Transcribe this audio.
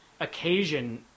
occasion